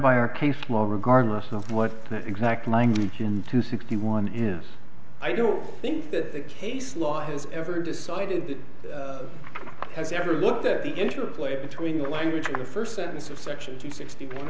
by our case small regardless of what exact language into sixty one is i don't think that the case law has ever decided has ever looked at the interplay between the language in the first sentence of section to sixty